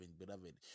beloved